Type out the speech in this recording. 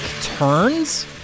turns